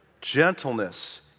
Gentleness